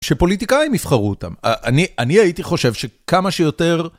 שפוליטיקאים יבחרו אותם, אני הייתי חושב שכמה שיותר...